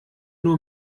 nur